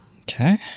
okay